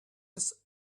its